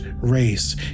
race